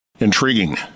Intriguing